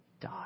die